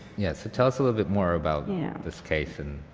yeah so tell us a little bit more about yeah this case and.